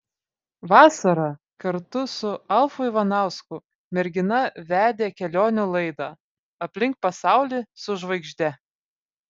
vasarą kartu su alfu ivanausku mergina vedė kelionių laidą aplink pasaulį su žvaigžde